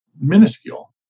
minuscule